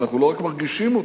ואנחנו לא רק מרגישים אותה,